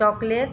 chocolate